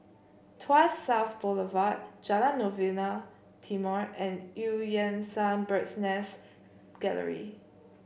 Tuas South Boulevard Jalan Novena Timor and Eu Yan Sang Bird's Nest Gallery